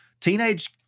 teenage